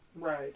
Right